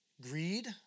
greed